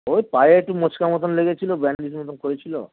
ওই পায়ে একটু মচকা মতন লেগেছিলো ব্যান্ডেজ মতোন করেছিলো